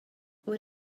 what